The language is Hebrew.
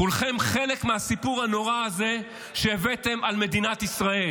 כולכם חלק מהסיפור הנורא הזה שהבאתם על מדינת ישראל.